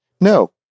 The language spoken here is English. No